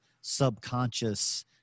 subconscious